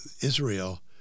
Israel